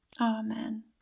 Amen